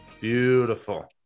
Beautiful